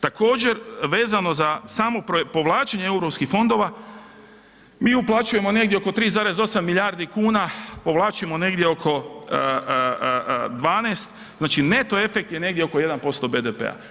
Također vezano za samo povlačenje eu fondova mi uplaćujemo negdje oko 3,8 milijardi kuna, povlačimo negdje oko 12, znači neto efekt je negdje oko 1% BDP-a.